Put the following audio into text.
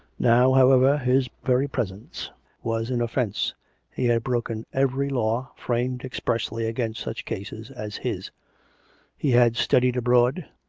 now, however, his very presence was an offence he had broken every law framed expressly against such cases as his he had studied abroad,